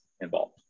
involved